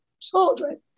children